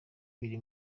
biri